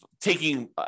taking